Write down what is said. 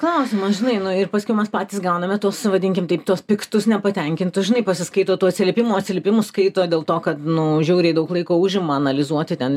klausimo žinai nu ir paskiau mes patys gaunam tuos vadinkim taip tuos piktus nepatenkintus žinai pasiskaito tų atsiliepimų atsiliepimus skaito dėl to kad nu žiauriai daug laiko užima analizuoti ten